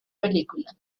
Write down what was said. película